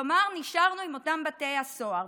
כלומר נשארנו עם אותם בתי הסוהר,